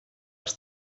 les